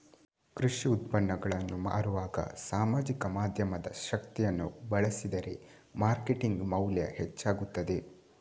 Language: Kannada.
ಕೃಷಿ ಉತ್ಪನ್ನಗಳನ್ನು ಮಾರುವಾಗ ಸಾಮಾಜಿಕ ಮಾಧ್ಯಮದ ಶಕ್ತಿಯನ್ನು ಬಳಸಿದರೆ ಮಾರ್ಕೆಟಿಂಗ್ ಮೌಲ್ಯ ಹೆಚ್ಚಾಗುತ್ತದೆ